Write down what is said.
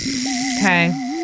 Okay